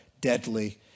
deadly